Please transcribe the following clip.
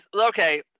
Okay